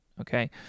okay